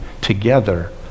together